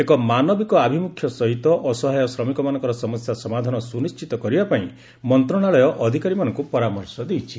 ଏକ ମାନବିକ ଆଭିମୁଖ୍ୟ ସହିତ ଅସହାୟ ଶ୍ରମିକମାନଙ୍କର ସମସ୍ୟା ସମାଧାନ ସୁନିଶ୍ଚିତ କରିବା ପାଇଁ ମନ୍ତ୍ରଣାଳୟ ଅଧିକାରୀମାନଙ୍କୁ ପରାମର୍ଶ ଦେଇଛି